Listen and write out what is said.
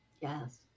Yes